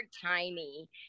tiny